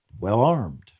well-armed